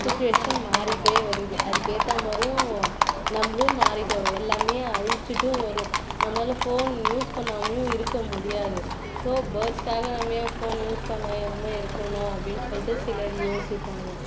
situation மாறிகிட்டே வருது அதுக்கு ஏற்ற மாதிரியும் நம்மளும் மாறிகிட்டு வரோம் எல்லாமே அழிச்சுட்டும் வரோம் நம்மளால் ஃபோன் யூஸ் பண்ணாமையும் இருக்க முடியாது ஸோ பேர்ட்ஸ்க்காக நம்ம ஏன் ஃபோன் யூஸ் பண்ணாமல் இருக்கணும் அப்படின்னு சொல்லிட்டு சிலர் யோசிப்பாங்க